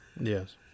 Yes